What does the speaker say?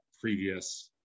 previous